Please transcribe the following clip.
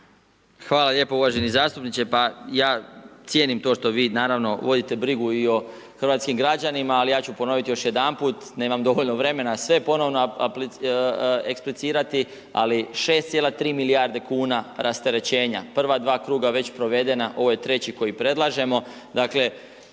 Hvala lijepo. Uvaženi zastupniče, pa ja cijenim to što vi naravno vodite brigu i o hrvatskim građanima, ali ja ću ponoviti još jedanput, nemam dovoljno vremena sve ponovno eksplicirati, ali 6,3 milijarde kuna rasterećenja. Prva dva kruga već provedena, ovo je treći koji predlažemo.